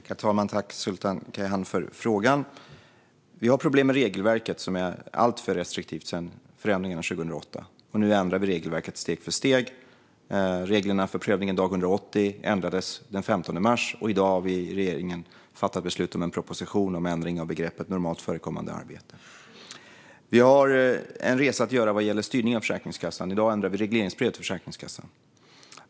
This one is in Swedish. Herr talman! Tack, Sultan Kayhan, för frågan! Vi har problem med regelverket, som är alltför restriktivt sedan förändringarna 2008. Nu ändrar vi regelverket steg för steg. Reglerna för prövningen dag 180 ändrades den 15 mars, och i dag har regeringen fattat beslut om en proposition om ändring av begreppet normalt förekommande arbete. Vi har en resa att göra vad gäller styrning av Försäkringskassan. I dag ändrar vi regleringsbrevet för Försäkringskassan.